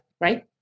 right